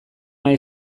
nahi